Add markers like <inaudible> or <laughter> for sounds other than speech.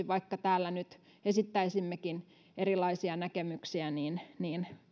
<unintelligible> vaikka täällä nyt esittäisimmekin erilaisia näkemyksiä niin niin